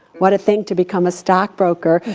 what a thing to become a stockbroker,